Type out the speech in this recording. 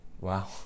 Wow